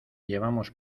llevamos